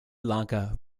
lanka